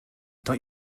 don’t